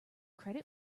credit